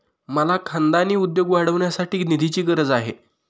मला खानदानी उद्योग वाढवण्यासाठी निधीची गरज आहे